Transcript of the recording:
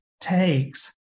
takes